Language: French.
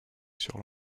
sur